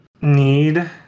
need